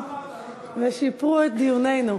עכשיו אדר א', פורים קטן.